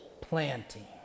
planting